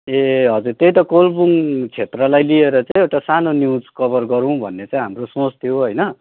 ए हजुर त्यही त कोलबुङ क्षेत्रलाई लिएर चाहिँ एउटा सानो न्युज कभर गरौँ भन्ने चाहिँ हाम्रो सोच थियो होइन